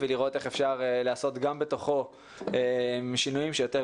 איך אפשר לעשות גם בתוכו שינויים שיותר